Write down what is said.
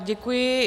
Děkuji.